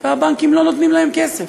והבנקים לא נותנים להם כסף.